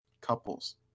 Couples